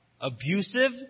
abusive